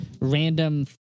random